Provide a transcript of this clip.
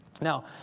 Now